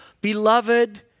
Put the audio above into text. beloved